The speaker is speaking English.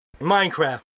Minecraft